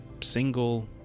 single